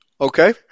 Okay